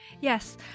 yes